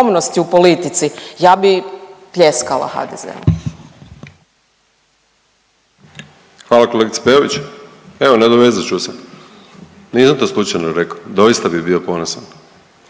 u politici ja bi pljeskala HDZ-u. **Beljak, Krešo (HSS)** Hvala kolegice Peović. Evo nadovezat ću se, nisam to slučajno rekao, doista bi bio ponosan.